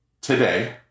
Today